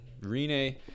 Rene